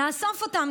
נאסוף אותן,